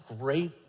great